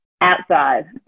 Outside